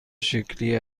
شکلی